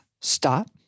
stop